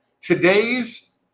Today's